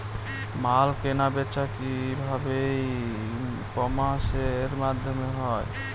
মাল কেনাবেচা কি ভাবে ই কমার্সের মাধ্যমে হয়?